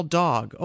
dog